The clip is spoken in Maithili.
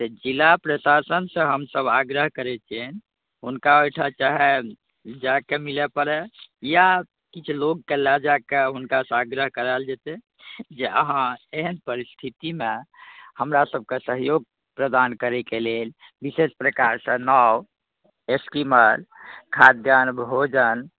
जिला प्रशासनसँ हमसभ आग्रह करैत छिअनि हुनका ओहिठाँ चाहे जाए कऽ मिलऽ पड़ै या किछु लोग कऽ लै जाए कऽ हुनकासँ आग्रह कराएल जेतै जे अहाँ एहन परिस्थितिमे हमरा सभकऽ सहयोग प्रदान करैकऽ लेल बिशेष प्रकारकऽ नाव एस्टीमर खाद्यान भोजन